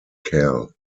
cal